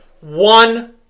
one